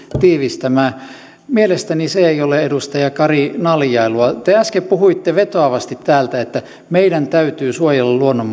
tiivistämään mielestäni se ei ole edustaja kari naljailua te äsken puhuitte vetoavasti täältä että meidän täytyy suojella luonnon